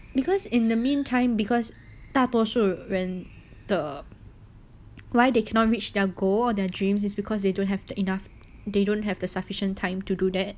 because in the meantime because 大多数人的 why they cannot reach their goal of their dreams is because they don't have enough they don't have the sufficient time to do that